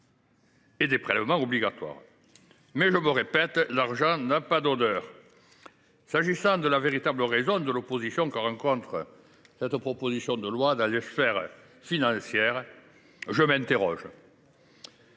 et des prélèvements obligatoires ! Mais, je le répète, l’argent n’a pas d’odeur… S’agirait il de la véritable raison de l’opposition que rencontre cette proposition de loi dans les sphères financières ? Je m’interroge